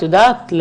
את יודעת?